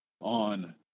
on